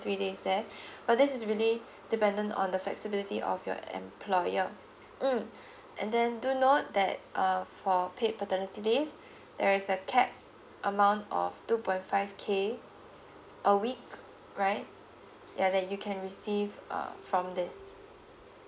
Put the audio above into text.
three days there but this is really dependent on the flexibility of your employer mm and then do note that uh for paid paternity leave there is a cap amount of two point five K a week right ya that you can receive uh from this